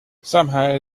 somehow